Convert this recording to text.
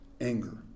anger